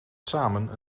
samen